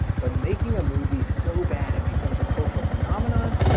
but making a movie so bad it becomes a cultural phenomenon?